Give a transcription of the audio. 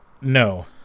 No